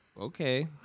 Okay